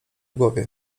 głowie